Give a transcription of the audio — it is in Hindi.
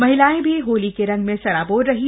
महिलाएं भी होली के रंग में सराबोर रहीं